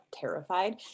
terrified